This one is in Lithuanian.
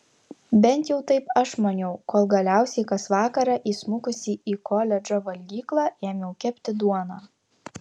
bent jau taip aš maniau kol galiausiai kas vakarą įsmukusi į koledžo valgyklą ėmiau kepti duoną